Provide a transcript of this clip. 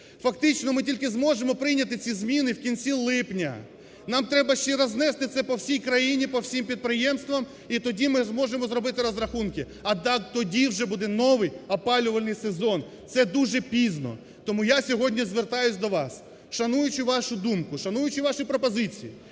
фактично ми тільки зможемо прийняти ці зміни в кінці липня. Нам треба ще рознести це по всій країні, по всім підприємствам і тоді ми зможемо зробити розрахунки, а там тоді вже буде новий опалювальний сезон, це дуже пізно. Тому я сьогодні звертаюсь до вас, шануючи вашу думку, шануючи ваші пропозиції,